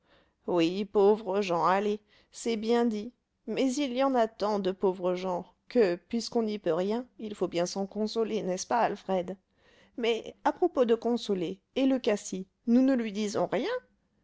oui pauvres gens allez c'est bien dit mais il y en a tant de pauvres gens que puisqu'on n'y peut rien il faut bien s'en consoler n'est-ce pas alfred mais à propos de consoler et le cassis nous ne lui disons rien